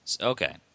Okay